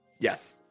Yes